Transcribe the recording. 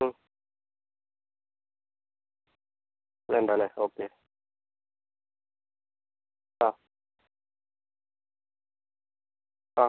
വേണ്ടാല്ലേ okay ആ ആ